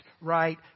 right